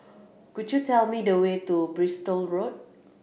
could you tell me the way to Bristol Road